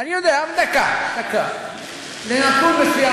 אני כותב נאום.